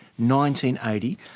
1980